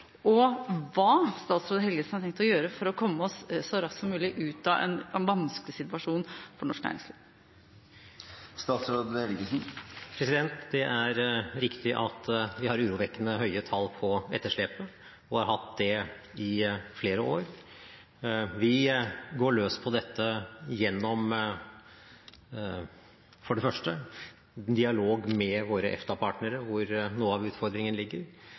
og hva statsråd Helgesen har tenkt å gjøre for at vi så raskt som mulig skal komme oss ut av en vanskelig situasjon for norsk næringsliv. Det er riktig at vi har urovekkende høye tall på etterslepet, og har hatt det i flere år. Vi går for det første løs på dette gjennom dialog med våre EFTA-partnere, hvor noe av utfordringen ligger,